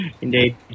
Indeed